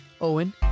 Owen